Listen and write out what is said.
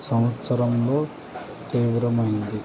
సంవత్సరంలో తీవ్రమైంది